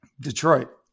Detroit